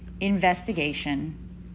investigation